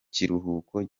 kiruhuko